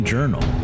Journal